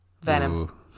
Venom